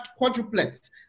quadruplets